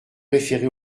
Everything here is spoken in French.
référer